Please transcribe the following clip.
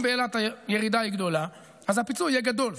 אם באילת הירידה היא גדולה, אז הפיצוי יהיה גדול.